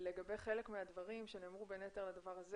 לגבי חלק מהדברים שנאמרו